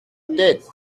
tête